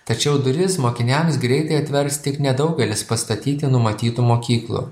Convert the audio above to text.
tačiau duris mokiniams greitai atvers tik nedaugelis pastatyti numatytų mokyklų